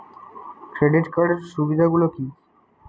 Credit কার্ডের সুবিধা গুলো কি?